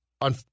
on